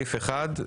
סעיף 1,